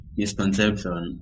misconception